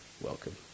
welcome